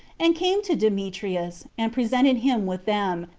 and came to demetrius, and presented him with them,